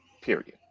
period